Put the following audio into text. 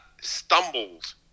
stumbled